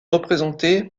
représenté